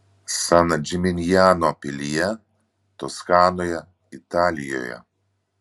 san džiminjano pilyje toskanoje italijoje